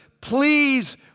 Please